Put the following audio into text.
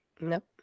nope